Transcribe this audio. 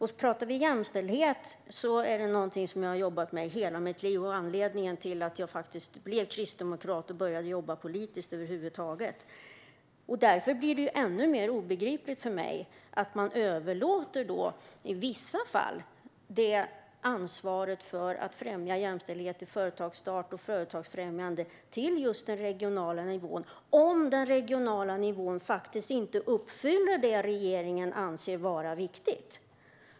Talar vi om jämställdhet är det någonting som jag har jobbat med i hela mitt liv. Det var anledningen till att jag blev kristdemokrat och började jobba politiskt över huvud taget. Därför blir det ännu mer obegripligt för mig att man i vissa fall överlåter det ansvaret för att främja jämställdhet i företagsstart och företagsfrämjande till just den regionala nivån om den regionala nivån inte uppfyller det regeringen anser vara viktigt.